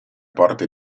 porte